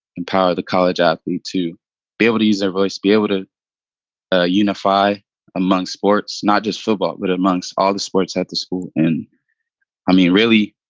empower the college athlete to be able to use their voice, to be able to ah unify among sports, not just football, but amongst all the sports at the school. and i mean, really,